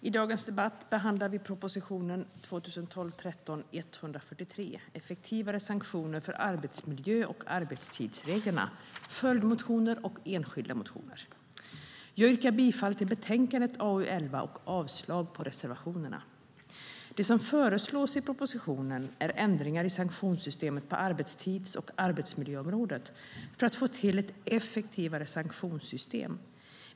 I dagens debatt behandlar vi proposition 2012/13:143 Effektivare sanktioner för arbetsmiljö och arbetstidsreglerna m.m ., följdmotioner och enskilda motioner. Jag yrkar bifall till förslaget i betänkande AU11 och avslag på reservationerna. Det som föreslås i propositionen är ändringar i sanktionssystemet på arbetstids och arbetsmiljöområdet för att få ett effektivare sanktionssystem.